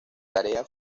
tarea